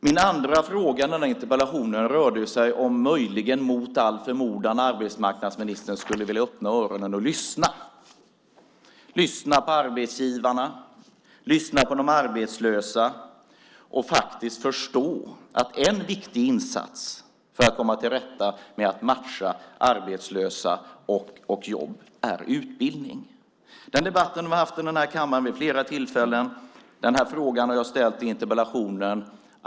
Min andra fråga i interpellationen gällde om arbetsmarknadsministern möjligen, mot all förmodan, skulle vilja öppna öronen och lyssna - lyssna på arbetsgivarna och lyssna på de arbetslösa och faktiskt förstå att en viktig insats för att komma till rätta med att matcha arbetslösa och jobb är utbildning. Den debatten har vi haft här i kammaren vid flera tillfällen. Frågan har jag ställt i interpellationen.